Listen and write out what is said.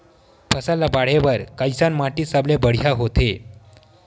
फसल ला बाढ़े बर कैसन माटी सबले बढ़िया होथे?